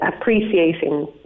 appreciating